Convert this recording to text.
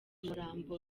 umurambo